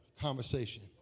conversation